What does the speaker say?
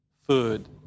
food